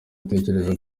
atekereza